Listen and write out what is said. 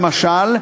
למשל,